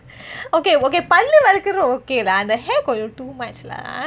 okay okay பல்லு விலக்குறது:pallu vilakurathu okay lah அந்த:antha hair too much lah